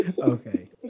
Okay